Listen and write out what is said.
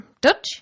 Dutch